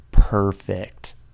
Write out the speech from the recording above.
perfect